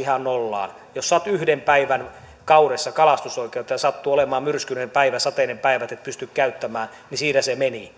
ihan nollaan jos saat yhden päivän kaudessa kalastusoikeutta ja sattuu olemaan myrskyinen tai sateinen päivä että et pysty sitä käyttämään niin siinä se meni